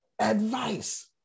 advice